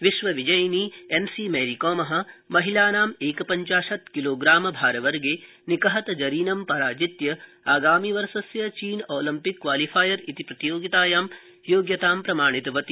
विश्व विजयिनी एमसीमैरीकॉम महिलानाम् एकपञ्चाशत् किलोग्राम भार वर्गे निकहत जरीनं पराजित्य आगामि वर्षस्य चीन ओलम्पिक क्वालीफायर इति प्रतियोगितायां योग्यतां प्रमाणितवती